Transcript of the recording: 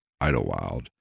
Idlewild